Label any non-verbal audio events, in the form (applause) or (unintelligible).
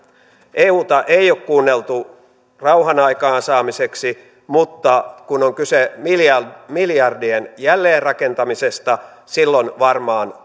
euta ei ole kuunneltu rauhan aikaansaamiseksi mutta kun on kyse miljardien jälleenrakentamisesta silloin varmaan (unintelligible)